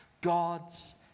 God's